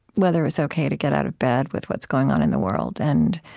whether it was ok to get out of bed, with what's going on in the world. and